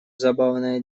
забавная